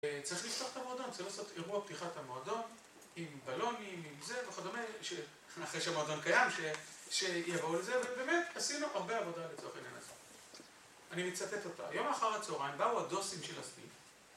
צריך לפתוח את המועדון, צריכים לעשות אירוע פתיחת המועדון עם בלונים, עם זה וכדומה שאחרי שהמועדון קיים, שיבואו לזה, ובאמת עשינו הרבה עבודה לצורך העניין הזה אני מצטט אותה, יום אחר הצוהריים באו הדוסים של...